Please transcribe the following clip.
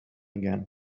again